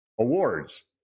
awards